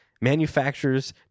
manufacturers